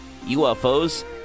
ufos